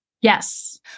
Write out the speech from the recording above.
Yes